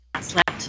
slept